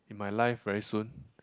in my life very soon